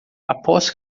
aposto